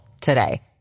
today